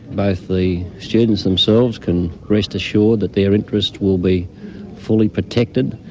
both the students themselves can rest assure that their interest will be fully protected,